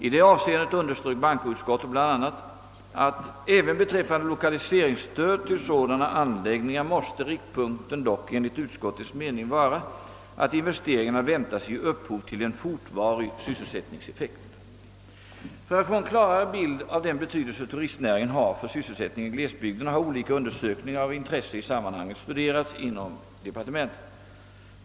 I det avseendet underströk bankoutskottet bl.a. att »även beträffande lokaliseringsstöd till sådana anläggningar måste riktpunkten dock enligt utskottets mening vara att investeringarna väntas ge upphov till en fortvarig sysselsättningseffekt». För att få en klarare bild av den bety delse turistnäringen har för sysselsättningen i glesbygderna har olika undersökningar av intresse i sammanhanget studerats inom inrikesdepartementet.